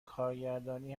کارگردانی